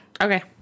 okay